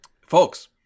folks